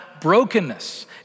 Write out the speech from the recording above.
brokenness